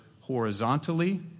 horizontally